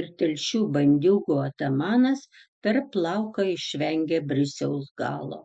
ir telšių bandiūgų atamanas per plauką išvengė brisiaus galo